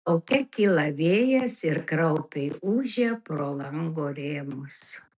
lauke kyla vėjas ir kraupiai ūžia pro lango rėmus